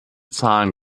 zahlen